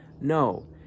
No